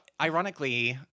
ironically